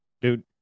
Dude